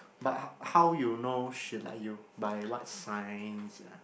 but how how you know she like you by what signs